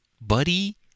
buddy